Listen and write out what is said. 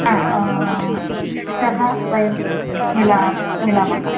हा श्वः वयं मिलामः मिलामः